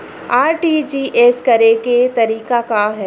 RTGS करे के तरीका का हैं?